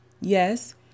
Yes